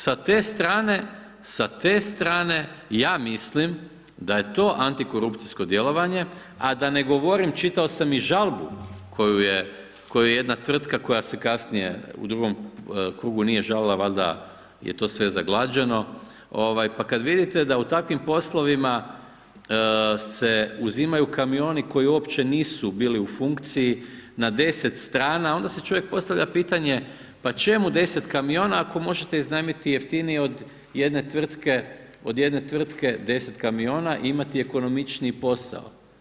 Sa te strane, ja mislim da je to antikorupcijsko djelovanje, a da ne govorim, čitao sam i žalbu, koju je jedna tvrtka koja se je kasnije u drugom krugu nije žalila, valjda je to sve zaglađeno, pa kada vidite da u takvim poslovima se uzimaju kamioni koji uopće nisu bili u funkciji na 10 strana, pa onda si čovjek postavlja pitanje, pa čemu 10 kamiona, ako možete iznajmiti jeftinije od jedne tvrtke 10 kamiona i imati ekonomičniji posao.